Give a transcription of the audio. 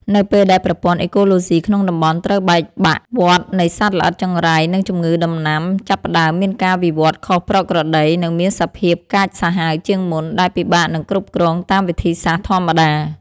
នៅពេលដែលប្រព័ន្ធអេកូឡូស៊ីក្នុងតំបន់ត្រូវបែកបាក់ វដ្តនៃសត្វល្អិតចង្រៃ និងជំងឺដំណាំចាប់ផ្ដើមមានការវិវត្តខុសប្រក្រតី និងមានសភាពកាចសាហាវជាងមុន ដែលពិបាកនឹងគ្រប់គ្រងតាមវិធីសាស្រ្តធម្មតា។